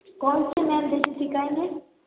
कौनसा नया डांस सीखाना है